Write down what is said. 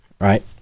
right